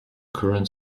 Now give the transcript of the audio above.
current